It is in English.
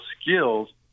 skills